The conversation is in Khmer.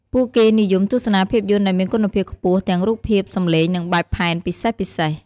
ពួកគេនិយមទស្សនាភាពយន្តដែលមានគុណភាពខ្ពស់ ទាំងរូបភាព សំឡេង និងបែបផែនពិសេសៗ។